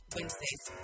Wednesdays